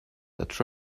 that